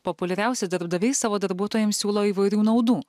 populiariausi darbdaviai savo darbuotojams siūlo įvairių naudų